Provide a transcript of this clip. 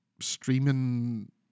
streaming